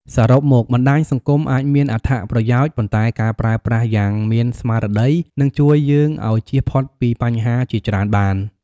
សរុបមក បណ្តាញសង្គមអាចមានអត្ថប្រយោជន៍ ប៉ុន្តែការប្រើប្រាស់យ៉ាងមានស្មារតីនឹងជួយយើងឲ្យជៀសផុតពីបញ្ហាជាច្រើនបាន។